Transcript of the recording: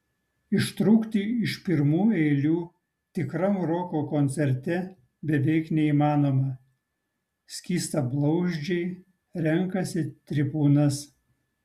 ištrūkti iš pirmų eilių tikram roko koncerte beveik neįmanoma skystablauzdžiai renkasi tribūnas